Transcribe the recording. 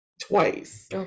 Twice